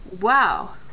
Wow